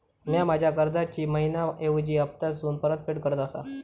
म्या माझ्या कर्जाची मैहिना ऐवजी हप्तासून परतफेड करत आसा